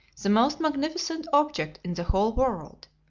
the most magnificent object in the whole world,